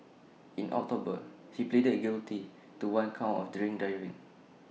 in October he pleaded guilty to one count of drink driving